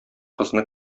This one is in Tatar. кызны